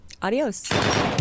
Adios